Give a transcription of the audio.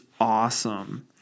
awesome